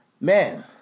man